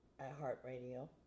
iHeartRadio